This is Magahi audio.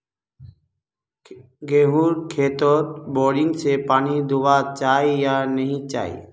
गेँहूर खेतोत बोरिंग से पानी दुबा चही या नी चही?